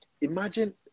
imagine